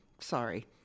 Sorry